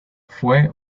fue